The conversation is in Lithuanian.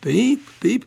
taip taip